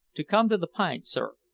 to come to the pint, sir,